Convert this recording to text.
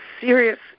serious